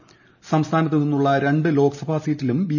സ്്സ്ഥാനത്തു നിന്നുള്ള രണ്ട് ലോക്സഭാ സീറ്റിലും ബി